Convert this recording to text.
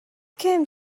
came